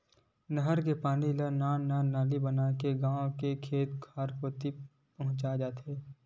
नहर के पानी ल नान नान नाली बनाके गाँव गाँव के खेत खार म पहुंचाए जाथे